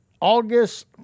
august